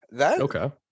Okay